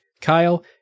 kyle